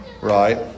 Right